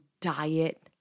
diet